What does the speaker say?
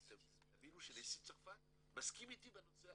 ותבינו שנשיא צרפת מסכים איתי בנושא הזה.